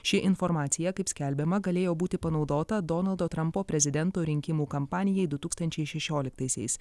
ši informacija kaip skelbiama galėjo būti panaudota donaldo trampo prezidento rinkimų kampanijai du tūkstančiai šešioliktaisiais